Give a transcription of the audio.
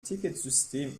ticketsystem